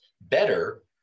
better